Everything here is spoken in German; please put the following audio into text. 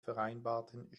vereinbarten